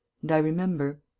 and i remember.